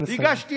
נא לסיים.